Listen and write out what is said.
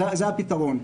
זה הפתרון.